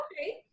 okay